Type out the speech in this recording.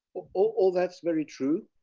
all that's very true.